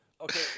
Okay